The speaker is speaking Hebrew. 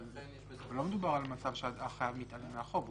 לא מדובר על מצב שהחייב מתעלם מהחוב,